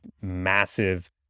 massive